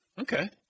Okay